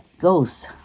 ghosts